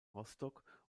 rostock